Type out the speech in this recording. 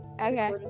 Okay